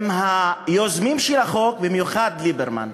אם היוזמים של החוק, במיוחד ליברמן,